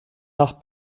nach